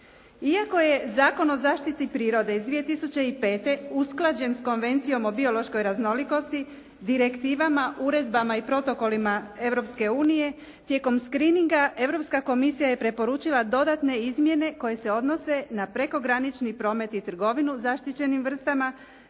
Iako je Zakon o zaštiti prirode iz 2005. usklađen s Konvencijom o biološkoj raznolikosti, direktivama, uredbama i protokolima Europske unije, tijekom screeninga Europska komisija je preporučila dodatne izmjene koje se odnose na prekogranični promet i trgovinu zaštićenim vrstama,